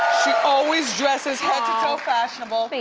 always dresses head-to-toe fashionable,